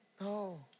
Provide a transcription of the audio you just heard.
No